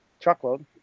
truckload